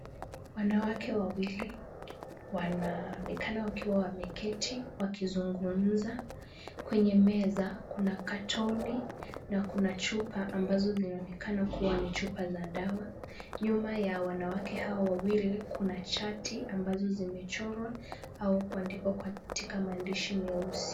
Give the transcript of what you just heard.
Wanawake wawili wanaonekana wakiwa wameketi wakizungumza. Kwenye meza kuna katoni na kuna chupa ambazo zinaonekana kuwa ni chupa za dawa. Nyuma ya wanawake hawa wawili kuna chati ambazo zimechorwa au kuandikwa katika maandishi meusi.